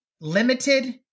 Limited